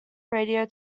radio